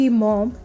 mom